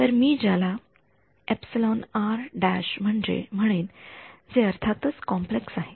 तर मी त्याला म्हणेन जे अर्थातच कॉम्प्लेक्स आहे